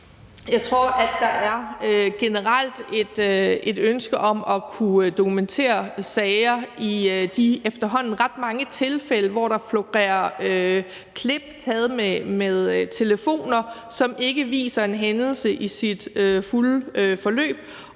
Jeg tror, at der generelt er et ønske om at kunne dokumentere sager i de efterhånden ret mange tilfælde, hvor der florerer klip taget med telefoner, som ikke viser en hændelse i sit fulde forløb.